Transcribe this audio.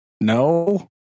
No